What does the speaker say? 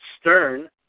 stern